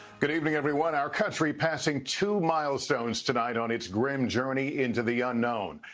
good evening everyone. our country passing two milestones tonight on its grim journey into the unknown.